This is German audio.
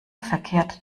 verkehrt